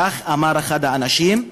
כך אמר אחד האנשים,